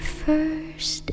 first